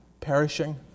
perishing